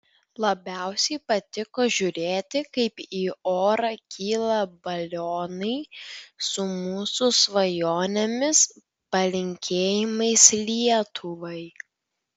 labiausiai patiko žiūrėti kaip į orą kyla balionai su mūsų svajonėmis palinkėjimais lietuvai